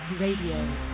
Radio